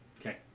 Okay